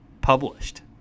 published